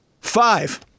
Five